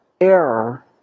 error